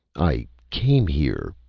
i came here,